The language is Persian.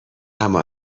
اما